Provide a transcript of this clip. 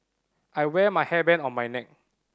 I wear my hairband on my neck